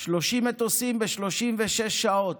30 מטוסים ב-36 שעות,